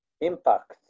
impact